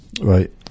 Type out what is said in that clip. right